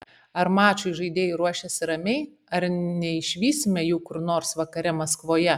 ar mačui žaidėjai ruošiasi ramiai ar neišvysime jų kur nors vakare maskvoje